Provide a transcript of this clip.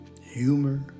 humor